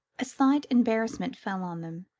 a slight embarrassment fell on them,